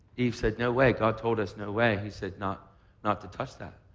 eve said no way. god told us no way. he said not not to touch that.